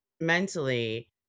mentally